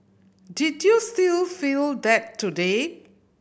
did you still feel that today